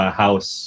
house